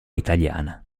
italiana